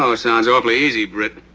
so sounds awful easy, britt.